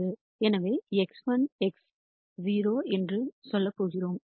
எனவே x1 x0 என்று சொல்லப் போகிறோம்